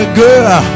girl